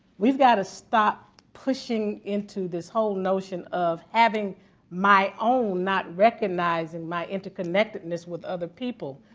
we've got to stop pushing into this whole notion of having my own, not recognizing my interconnectedness with other people.